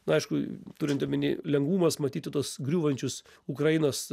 na aišku turint omeny lengvumas matyti tuos griūvančius ukrainos